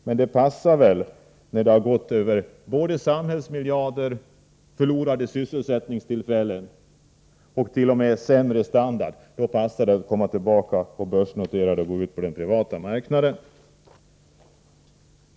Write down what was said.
Men det passar väl att nu, när samhällsmiljarder och sysselsättningstillfällen gått förlorade och det t.o.m. blivit en sämre standard, att komma tillbaka och börsnotera företaget och gå ut på den privata marknaden.